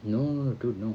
no dude no